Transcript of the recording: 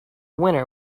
winner